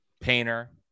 Painter